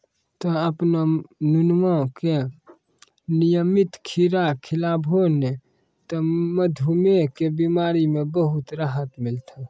तोहॅ आपनो नुनुआ का नियमित खीरा खिलैभो नी त मधुमेह के बिमारी म बहुत राहत मिलथौं